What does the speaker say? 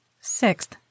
Sixth